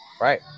right